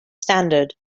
standard